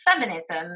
feminism